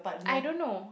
I don't know